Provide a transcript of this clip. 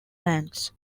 lands